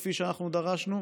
כפי שאנחנו דרשנו,